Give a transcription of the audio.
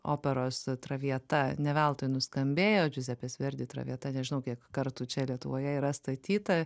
operos traviata ne veltui nuskambėjo džiuzepės verdi traviata nežinau kiek kartų čia lietuvoje yra statyta